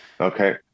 Okay